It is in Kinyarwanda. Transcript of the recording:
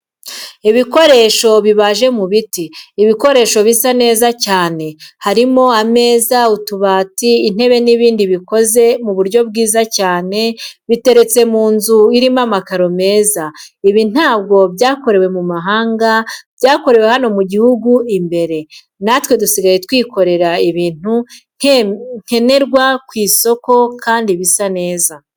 Ibikoresho bibaje mu biti, ibikoresho bisa neza cyane harimo ameza, utubati, intebe n'ibindi bikoze mu buryo bwiza cyane biteretse mu nzu irimo amakaro meza. Ibi ntabwo byakorewe mu mahanga, byakorewe hano mu gihugu imbere natwe dusigaye twikorera ibintu nkenerwa ku isoko kandi bisa neza.